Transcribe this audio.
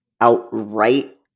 outright